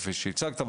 כפי שהצגת,